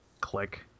Click